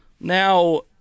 now